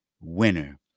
winner